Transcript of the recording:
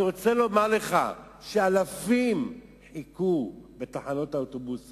אני רוצה לומר לך שאלפים חיכו בתחנות האוטובוס